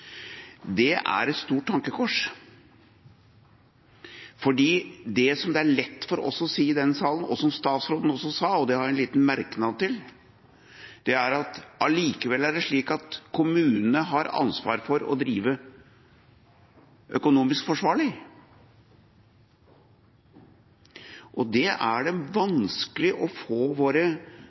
Det er et stort tankekors. Det som det er lett for oss å si i denne salen, og som statsråden også sa, og det har jeg en liten merknad til, er at det allikevel er slik at kommunene har ansvar for å drive økonomisk forsvarlig. Det er det vanskelig å få våre